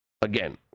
Again